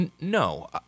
No